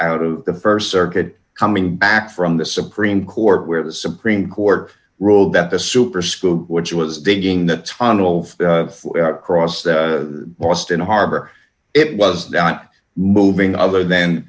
out of the st circuit coming back from the supreme court where the supreme court ruled that the super scoop which was digging that tunnel across the boston harbor it was not moving other th